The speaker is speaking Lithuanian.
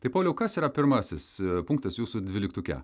tai kas yra pirmasis punktas jūsų dvyliktuke